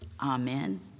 Amen